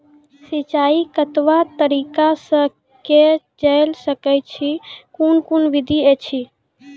सिंचाई कतवा तरीका सअ के जेल सकैत छी, कून कून विधि ऐछि?